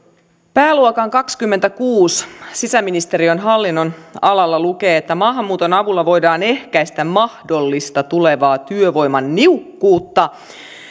pääluokassa kaksikymmentäkuusi sisäministeriön hallinnonalalla lukee että maahanmuuton avulla voidaan ehkäistä mahdollista tulevaa työvoiman niukkuutta